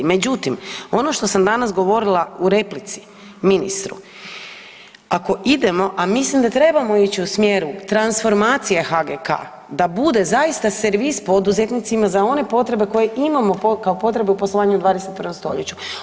Međutim, ono što sam danas govorila u replici ministru, ako idemo, a mislim da trebamo ići u smjeru transformacije HGK da bude zaista servis poduzetnicima za one potrebe koje imamo kao potrebe u poslovanju u 21. stoljeću.